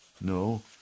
No